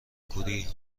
کوری